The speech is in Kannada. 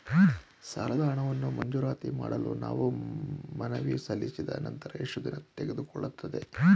ಸಾಲದ ಹಣವನ್ನು ಮಂಜೂರಾತಿ ಮಾಡಲು ನಾವು ಮನವಿ ಸಲ್ಲಿಸಿದ ನಂತರ ಎಷ್ಟು ದಿನ ತೆಗೆದುಕೊಳ್ಳುತ್ತದೆ?